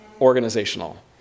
organizational